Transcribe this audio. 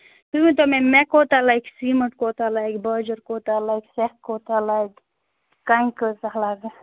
تُہۍ ؤنۍتَو مےٚ مےٚ کوتاہ لَگہِ سیٖمَٹھ کوتاہ لَگہِ باجِر کوتاہ لَگہِ سٮ۪کھ کوتاہ لَگہِ کَنہِ کٲژاہ لَگن